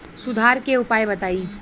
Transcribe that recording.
सुधार के उपाय बताई?